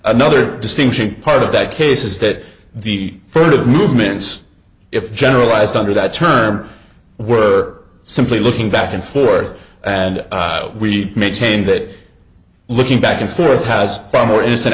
another distinction part of that case is that the fruit of movements if generalized under that term we're simply looking back and forth and we maintain that looking back and forth has far more innocent